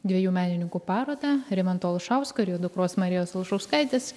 dviejų menininkų parodą rimanto olšausko ir jo dukros marijos olšauskaitės